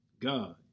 God